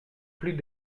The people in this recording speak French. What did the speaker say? plus